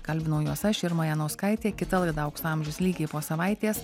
kalbinau juos aš irma janauskaitė kita laida aukso amžius lygiai po savaitės